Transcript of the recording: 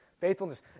faithfulness